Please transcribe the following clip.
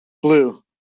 Blue